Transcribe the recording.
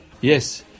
Yes